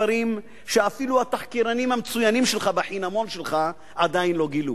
דברים שאפילו התחקירנים המצוינים שלך בחינמון שלך עדיין לא גילו.